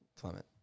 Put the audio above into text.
Clement